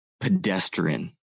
pedestrian